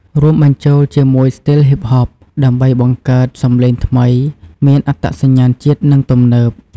រួមបញ្ចូលជាមួយស្ទីលហ៊ីបហប ដើម្បីបង្កើតសម្លេងថ្មីមានអត្តសញ្ញាណជាតិ និងទំនើប។